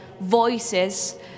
voices